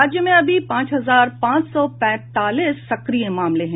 राज्य में अभी पांच हजार पांच सौ पैंतालीस सक्रिय मामले हैं